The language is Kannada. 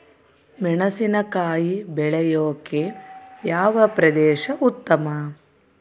ಮೆಣಸಿನಕಾಯಿ ಬೆಳೆಯೊಕೆ ಯಾವ ಪ್ರದೇಶ ಉತ್ತಮ?